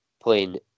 playing